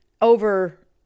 over